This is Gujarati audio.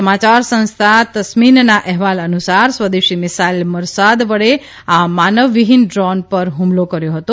સમાચાર સંસ્થા તસ્નીમના અહેવાલ અનુસાર સ્વદેશી મિસાઈલ મરસાદ વડે આ માનવવીહીન ડ્રોન પર હ્મલો કર્યો હતો